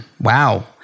Wow